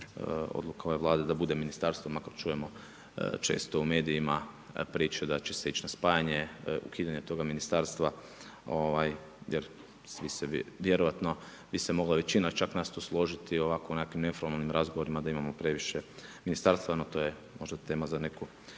odluka ove Vlade da bude ministarstvo, makar čujemo često u medijima priče da će se ić na spajanje, ukidanje toga ministarstva jer svi se vjerojatno bi se mogla većina čak nas tu složiti onako u nekim neformalnim razgovorima da imamo previše ministarstva, no to je tema na neku